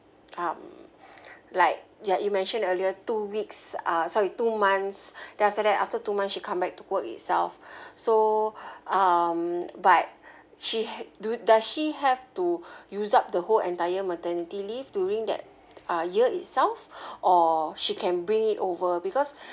um like like you mentioned earlier two weeks uh sorry two months then after that after two months she come back to work itself so um but she has do does she have to use up the whole entire maternity leave during that uh year itself or she can bring it over because